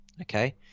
Okay